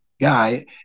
guy